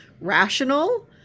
rational